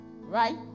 right